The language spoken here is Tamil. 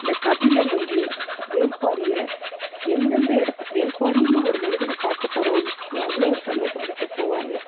இந்த கபிலர் வந்து வேள்பாரியை எந்தெந்த இடத் வேள்பாரினு ஒரு மனிதனை பார்க்க போகிறோம் அப்படிங்கிறது அவ்வளோ ஒரு சந்தோஷப்பட்டுட்டு போவார்